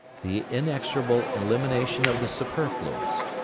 the inexorable elimination of the superfluous.